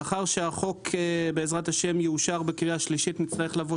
לאחר שהחוק יאושר בקריאה שלישית נצטרך לבוא